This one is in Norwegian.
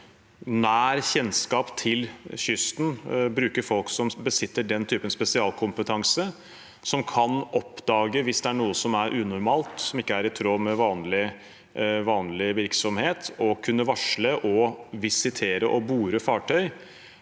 nær kjennskap til kysten og bruke folk som besitter den typen spesialkompetanse, som kan oppdage hvis det er noe som er unormalt, som ikke er i tråd med vanlig virksomhet, og å kunne varsle, visitere og borde fartøy